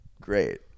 Great